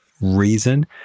reason